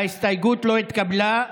הסתייגות 110 לא התקבלה.